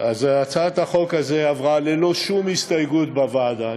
הצעת החוק הזאת עברה ללא שום הסתייגות בוועדה.